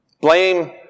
Blame